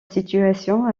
situation